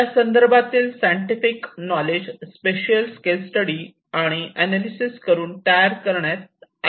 त्यासंदर्भातील scientific knowledge spatial scale study आणि analysis करून तयार करण्यात आले आहे